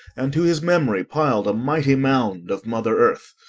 and to his memory piled a mighty mound of mother earth.